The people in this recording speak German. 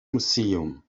museum